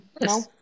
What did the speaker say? No